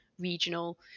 regional